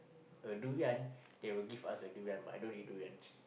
a durian they will give us a durian but I don't eat durians